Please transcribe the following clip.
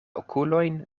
okulojn